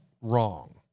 wrong